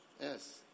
Yes